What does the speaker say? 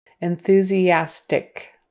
Enthusiastic